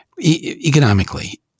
economically